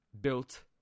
built